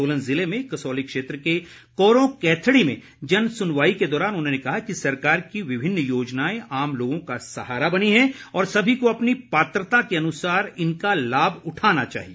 सोलन जिले में कसौली क्षेत्र के कोरों कँथड़ी में जन सुनवाई के दौरान उन्होंने कहा कि सरकार की विभिन्न योजनाएं आम लोगों का सहारा बनी हैं और सभी को अपनी पात्रता के अनुसार इनका लाभ उठाना चाहिए